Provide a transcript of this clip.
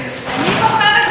וכו'.